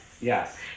yes